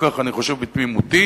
כך אני חושב בתמימותי,